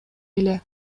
эле